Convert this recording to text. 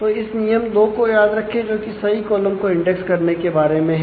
तो इस नियम दो को याद रखें जोकि सही कॉलम को इंडेक्स करने के बारे में है